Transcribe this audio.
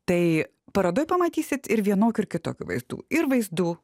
tai parodoj pamatysit ir vienokių ir kitokių vaizdų ir vaizdų